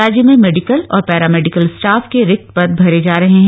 राज्य में मेपिकल और प्रशामेपिकल स्टाफ के रिक्त पद भरे जा रहे हैं